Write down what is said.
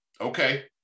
okay